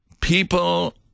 people